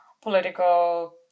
political